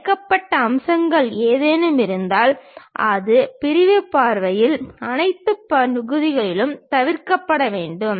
மறைக்கப்பட்ட அம்சங்கள் ஏதேனும் இருந்தால் அது பிரிவு பார்வையின் அனைத்து பகுதிகளிலும் தவிர்க்கப்பட வேண்டும்